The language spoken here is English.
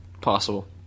Possible